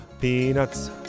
Peanuts